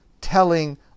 telling